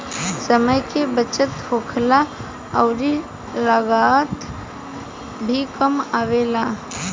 समय के बचत होखेला अउरी लागत भी कम आवेला